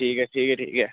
ठीक ऐ ठीक ऐ ठीक ऐ